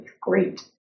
great